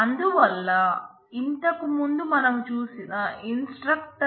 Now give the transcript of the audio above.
అందువల్ల ఇంతకు ముందు మనం చూసిన ఇన్స్ట్రక్టర్